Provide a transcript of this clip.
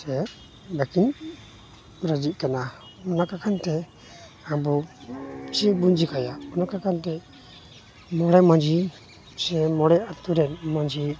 ᱥᱮ ᱵᱟᱠᱤᱱ ᱨᱟᱹᱡᱤᱜ ᱠᱟᱱᱟ ᱟᱵᱚ ᱪᱮᱫᱵᱚᱱ ᱪᱮᱠᱟᱭᱟ ᱢᱚᱬᱮ ᱢᱟᱺᱡᱷᱤ ᱥᱮ ᱢᱚᱬᱮ ᱟᱹᱛᱩᱨᱮᱱ ᱢᱟᱺᱡᱷᱤ